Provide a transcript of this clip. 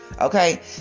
okay